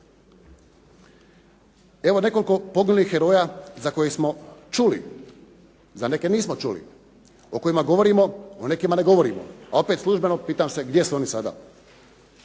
Evo nekoliko poginulih heroja za koje smo čuli, za neke nismo čuli o kojima govorimo, o nekima ne govorimo, a opet službeno pitam se gdje su oni sada.